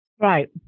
Right